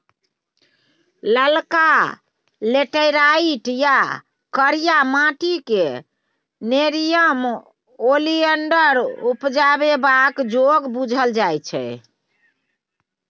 ललका लेटैराइट या करिया माटि क़ेँ नेरियम ओलिएंडर उपजेबाक जोग बुझल जाइ छै